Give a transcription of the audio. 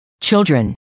children